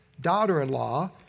daughter-in-law